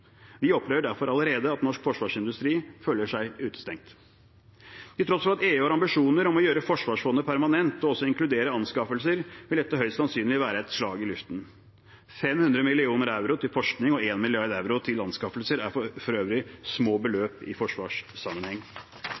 Vi opplever derfor allerede at norsk forsvarsindustri føler seg utestengt. Til tross for at EU har ambisjoner om å gjøre forsvarsfondet permanent og også inkludere anskaffelser, vil dette høyst sannsynlig være et slag i luften. 500 mill. euro til forskning og 1 mrd. euro til anskaffelser er for øvrig små beløp i forsvarssammenheng.